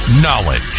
Knowledge